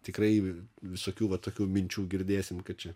tikrai visokių va tokių minčių girdėsim kad čia